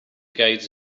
guides